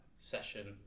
session